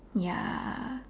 ya